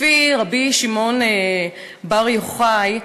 לפי רבי שמעון בר יוחאי,